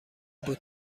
بود